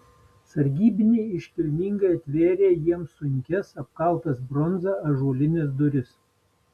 sargybiniai iškilmingai atvėrė jiems sunkias apkaltas bronza ąžuolines duris